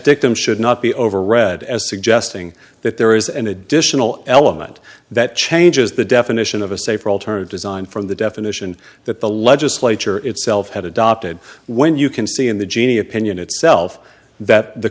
dictum should not be overread as suggesting that there is an additional element that changes the definition of a safer alternative design from the definition that the legislature itself had adopted when you can see in the genie opinion itself that the